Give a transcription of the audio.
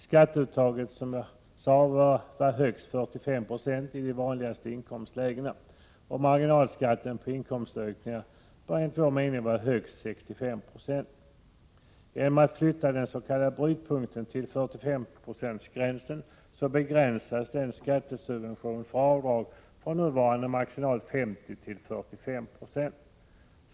Skatteuttaget bör vara högst 45 26 i de vanligaste inkomstlägena, och marginalskatten på en inkomstökning bör enligt vår mening vara högst 65 926. Genom att flytta den s.k. brytpunkten till 45-procentsgränsen begränsas den s.k. skattesubventionen för avdrag från nuvarande maximalt 50 9 till 45 96.